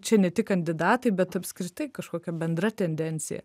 čia ne tik kandidatai bet apskritai kažkokia bendra tendencija